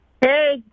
Hey